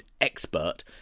expert